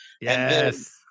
Yes